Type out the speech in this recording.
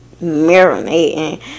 marinating